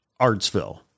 Artsville